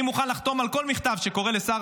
אני מוכן לחתום על כל מכתב שקורא לשר